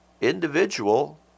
individual